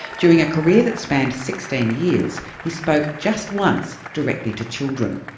during a career that spanned sixteen years he spoke just once directly to children.